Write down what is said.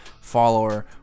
follower